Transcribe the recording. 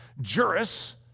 Juris